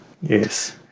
Yes